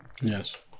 Yes